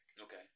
Okay